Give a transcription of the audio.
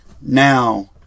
now